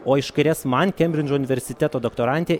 o iš kairės man kembridžo universiteto doktorantė